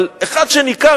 אבל אחד שניכר,